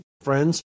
friends